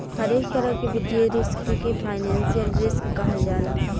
हरेक तरह के वित्तीय रिस्क के फाइनेंशियल रिस्क कहल जाला